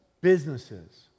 businesses